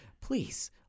Please